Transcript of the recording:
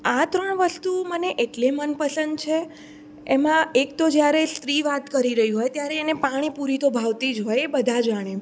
આ ત્રણ વસ્તુ મને એટલે મનપસંદ છે એમાં એક તો જ્યારે સ્ત્રી વાત કરી રહી હોય ત્યારે એને પાણીપુરી તો ભાવતી જ હોય એ બધા જાણે